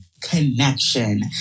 connection